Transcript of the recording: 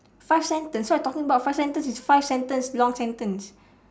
five sentence what you talking about five sentence is five sentence long sentence